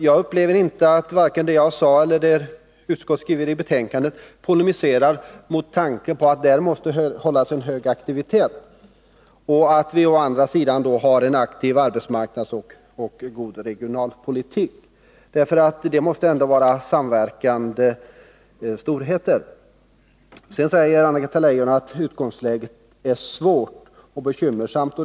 Jag upplever inte att vare sig det jag sade eller det utskottet skriver i betänkandet polemiserar mot tanken på att det måste hållas en hög aktivitet när det gäller bostadsbyggandet och att vi å andra sidan skall ha en aktiv arbetsmarknadspolitik och en god regionalpolitik — det måste ändå vara samverkande storheter. Vidare säger Anna-Greta Leijon att utgångsläget är svårt och bekymmersamt.